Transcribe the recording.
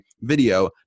video